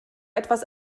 etwas